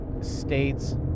states